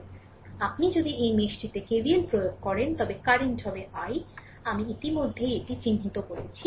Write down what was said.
সুতরাং আপনি যদি এই মেশটিতে KVL প্রয়োগ করেন তবে কারেন্ট হবে i আমি ইতিমধ্যে এটি চিহ্নিত করেছি